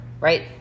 right